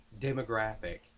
demographic